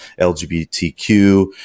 LGBTQ